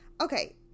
okay